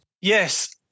Yes